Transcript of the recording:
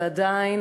ועדיין,